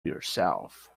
yourself